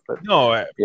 no